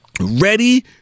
ready